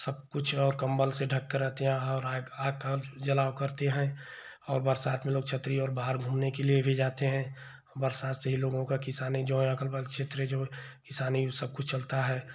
सब कुछ और कंबल से ढँक कर रहते हैं और आग आग का जलाव करते हैं और बरसात में लोग छत्री और बाहर घूमने के लिए भी जाते हैं बरसात से ही लोगों का किसानी जो है बाले क्षेत्रीय जो किसानी सब कुछ चलता है